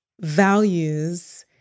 values